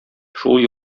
шул